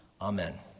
Amen